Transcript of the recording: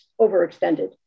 overextended